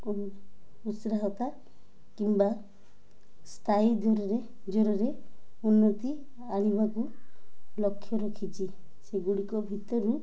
ଉସ୍ରହତା କିମ୍ବା ସ୍ଥାୟୀ ଦୁରରେ ଜୋରରେ ଉନ୍ନତି ଆଣିବାକୁ ଲକ୍ଷ୍ୟ ରଖିଛି ସେଗୁଡ଼ିକ ଭିତରୁ